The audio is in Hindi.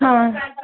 हाँ